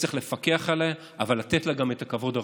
צריך לפקח עליה אבל גן לתת לה את הכבוד הראוי.